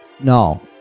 No